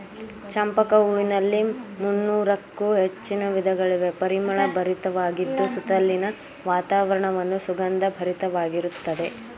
ಚಂಪಕ ಹೂವಿನಲ್ಲಿ ಮುನ್ನೋರಕ್ಕು ಹೆಚ್ಚಿನ ವಿಧಗಳಿವೆ, ಪರಿಮಳ ಭರಿತವಾಗಿದ್ದು ಸುತ್ತಲಿನ ವಾತಾವರಣವನ್ನು ಸುಗಂಧ ಭರಿತವಾಗಿರುತ್ತದೆ